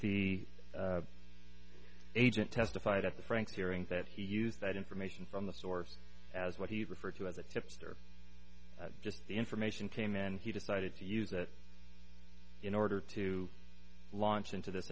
cause the agent testified at the franks hearing that he used that information from the source as what he referred to as a tipster just the information came in he decided to use that in order to launch into this